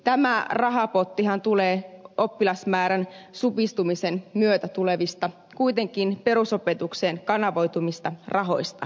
tämä rahapottihan tulee oppilasmäärän supistumisen myötä tulevista kuitenkin perusopetukseen kanavoituvista rahoista